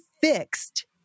fixed